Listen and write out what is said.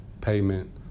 payment